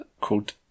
called